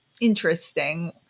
interesting